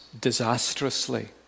disastrously